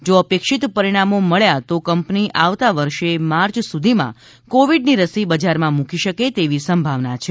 જો અપેક્ષીત પરિણામો મળ્યા તો કંપની આવતા વર્ષે માર્ચ સુધીમાં કોવિડની રસી બજારમાં મૂકી શકે તેવી સંભાવના છે